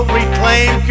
reclaim